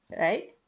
Right